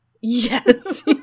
Yes